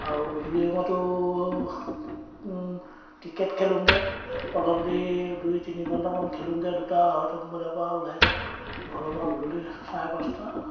আৰু গধূলি সময়তো ক্ৰিকেট খেলোঁগৈ অলপ দেৰি দুই তিনি ঘণ্টামান খেলোংগৈ দুটা আঢ়ৈটামান বজাৰপৰা ওলাই যাওঁ ঘৰৰপৰা গধূলি চাৰে পাঁচটা